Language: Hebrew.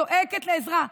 זועקת לעזרה,